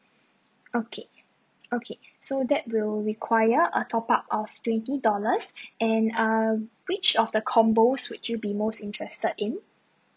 okay okay so that will require a top up of twenty dollars and um which of the combos would you be most interested in